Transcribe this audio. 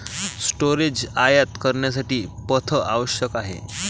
storage आयात करण्यासाठी पथ आवश्यक आहे